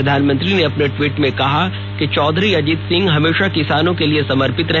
प्रधानमंत्री ने अपने ट्वीट में कहा कि चौधरी अजित सिंह हमेशा किसानों के लिए समर्पित रहे